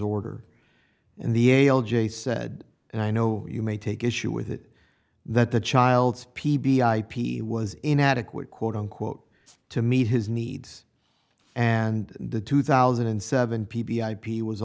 order in the ale jay said and i know you may take issue with it that the child's p b ip was inadequate quote unquote to meet his needs and the two thousand and seven p b ip was